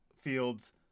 Fields